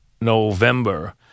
November